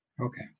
okay